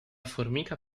formica